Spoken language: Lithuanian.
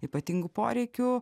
ypatingų poreikių